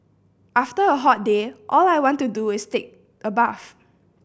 after a hot day all I want to do is take a bath